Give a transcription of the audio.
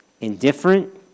indifferent